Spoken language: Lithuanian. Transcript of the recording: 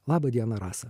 laba diena rasa